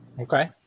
Okay